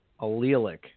allelic